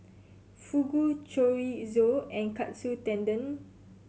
Fugu Chorizo and Katsu Tendon